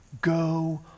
Go